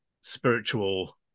spiritual